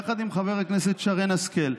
יחד עם חברת הכנסת שרן השכל,